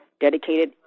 dedicated